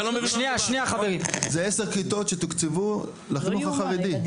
שנייה שנייה חברים זה 10 כיתות שתוקצבו לציבור החרדי.